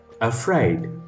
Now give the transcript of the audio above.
afraid